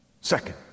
Second